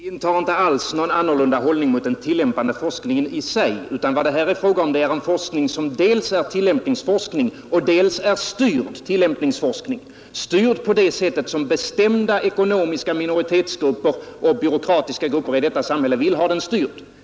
Herr talman! Vi intar inte alls någon annorlunda hållning mot den tillämpade forskningen i sig, utan vad det här är fråga om är en forskning som är dels tillämpningsinriktad, dels styrd tillämpningsforskning — styrd på det sätt som bestämda ekonomiska minoritetsgrupper och byråkratiska grupper i detta samhälle vill ha den styrd.